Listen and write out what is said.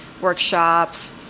workshops